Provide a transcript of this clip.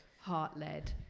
heart-led